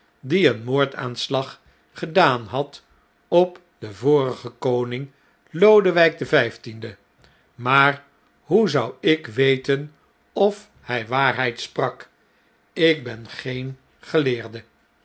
die een moordaanslag gedaan had op den vorigen koning lodew jjk den vjjftiende maar hoe zou ik weten of hij waarheid sprak ik ben geen geleerde